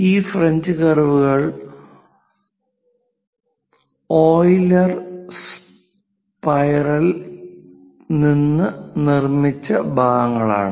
ഈ ഫ്രഞ്ച് കർവു കൾ ഓയിലറ് സ്പൈറൽ നിന്ന് നിർമ്മിച്ച ഭാഗങ്ങളാണ്